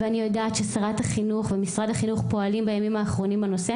אני יודעת ששרת החינוך ומשרד החינוך פועלים בימים האחרונים בנושא.